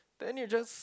then you just